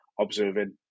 observing